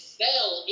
fell